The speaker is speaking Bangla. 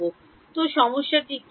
তো সমস্যা কি